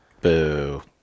Boo